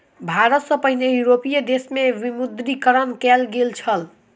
भारत सॅ पहिने यूरोपीय देश में विमुद्रीकरण कयल गेल छल